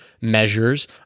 measures